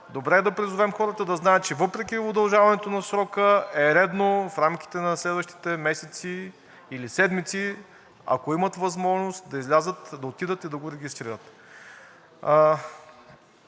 добре е да призовем хората да знаят, че въпреки удължаването на срока, е редно в рамките на следващите месеци или седмици, ако имат възможност, да излязат, да отидат и да го регистрират.